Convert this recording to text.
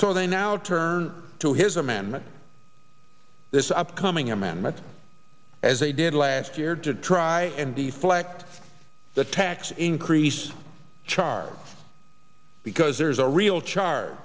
so they now turn to his amendment this upcoming amendment as they did last year to try and deflect the tax increase charge because there's a real char